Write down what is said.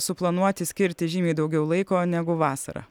suplanuoti skirti žymiai daugiau laiko negu vasarą